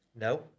No